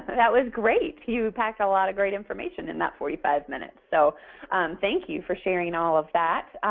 that was great. you passed a lot of great information in that forty five minutes, so thank you for sharing all of that.